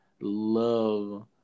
love